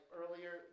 earlier